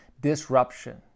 Disruption